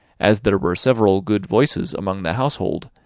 as there were several good voices among the household,